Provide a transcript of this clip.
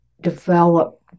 develop